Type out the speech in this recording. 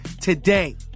today